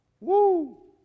Woo